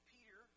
Peter